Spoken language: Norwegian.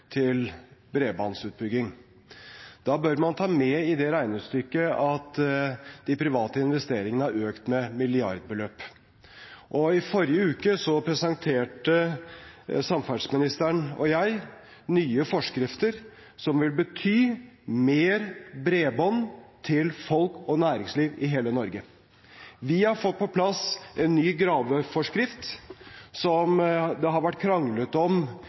til bredbåndsutbygging. Da bør man ta med i det regnestykket at de private investeringene har økt med milliardbeløp. I forrige uke presenterte samferdselsministeren og jeg nye forskrifter som vil bety mer bredbånd til folk og næringsliv i hele Norge. Vi har fått på plass en ny graveforskrift som det har vært kranglet om